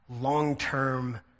long-term